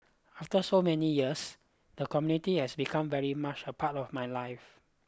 after so many years the community has become very much a part of my life